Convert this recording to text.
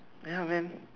ya man